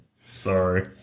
Sorry